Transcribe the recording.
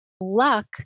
luck